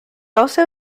also